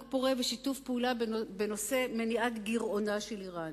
פורה ושיתוף פעולה בנושא מניעת התגרענותה של אירן.